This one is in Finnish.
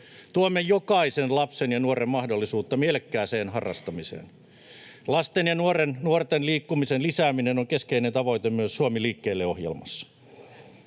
Tuemme jokaisen lapsen ja nuoren mahdollisuutta mielekkääseen harrastamiseen. Lasten ja nuorten liikkumisen lisääminen on keskeinen tavoite myös Suomi liikkeelle ‑ohjelmassa.